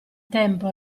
tempo